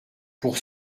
pour